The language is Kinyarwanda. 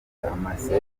amaseti